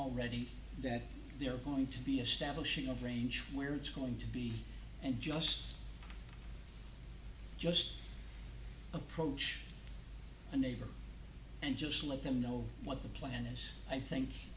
already that they're going to be establishing of range where it's going to be and just just approach a neighbor and just let them know what the plan is i think